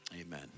Amen